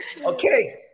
okay